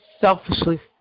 selfishly